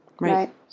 Right